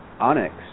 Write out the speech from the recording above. Onyx